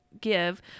give